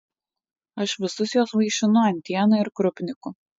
aš visus juos vaišinu antiena ir krupniku